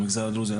במגזר הדרוזי.